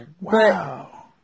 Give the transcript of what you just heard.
wow